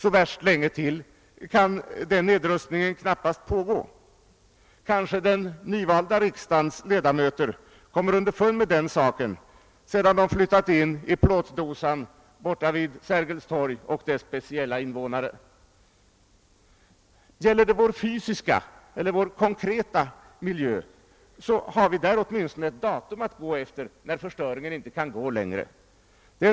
Så värst länge till kan den nedrustningen knappast pågå. Kanske den nyvalda riksdagens ledamöter kommer underfund med den saken sedan de flyttat in i plåtdosan vid Sergel Torg med dettas speciella invånare. När det gäller vår fysiska eller konkreta miljö har vi åtminstone där ett datum att gå efter när förstöringen inte kan gå längre.